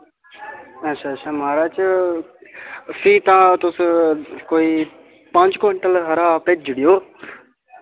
अच्छा अच्छा महाराज फ्ही तां तुस कोई पंज कुआंटल हारा भेजी ओड़ेओ